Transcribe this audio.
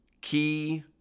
key